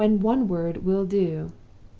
when one word will do?